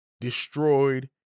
destroyed